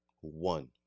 One